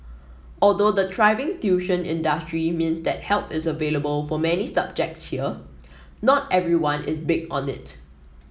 although the thriving tuition industry mean that help is available for many subjects here not everyone is big on it